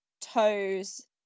toes